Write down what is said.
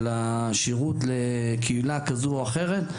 על השירות לקהילה כזו או אחרת,